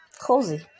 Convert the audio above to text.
cozy